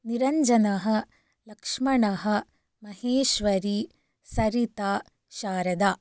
निरञ्जनः लक्ष्मणः महेश्वरी सरिता शारदा